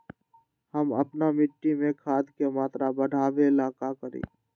हम अपना मिट्टी में खाद के मात्रा बढ़ा वे ला का करी?